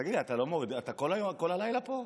אתה כל הלילה פה?